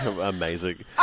Amazing